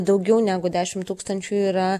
daugiau negu dešim tūkstančių yra